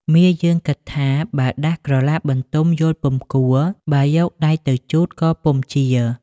មាយើងគិតថាបើដាស់ក្រឡាបន្ទំយល់ពុំគួរ បើយកដៃទៅជូតក៏ពុំជា។